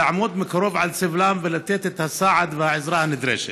לעמוד מקרוב על סבלם ולתת את הסעד והעזרה הנדרשים.